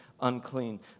unclean